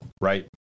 right